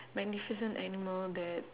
magnificent animal that